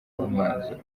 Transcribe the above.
umwanzuro